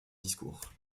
discours